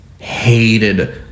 hated